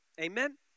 Amen